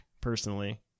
personally